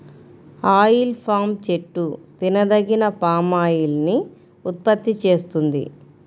oil palm చెట్టు తినదగిన palm oil ని ఉత్పత్తి చేస్తుంది